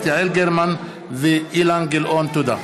תודה.